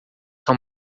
são